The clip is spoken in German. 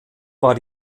war